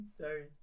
Sorry